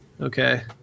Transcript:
okay